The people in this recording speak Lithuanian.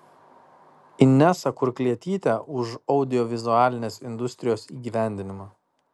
inesa kurklietytė už audiovizualinės industrijos įgyvendinimą